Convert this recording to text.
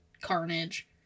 carnage